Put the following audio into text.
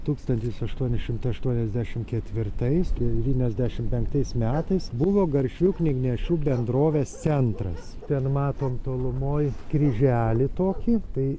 tūkstantis aštuoni šimtai aštuoniasdešimt ketvirtais devyniasdešimt penktais metais buvo garsių knygnešių bendrovės centras ten matom tolumoj kryželį tokį tai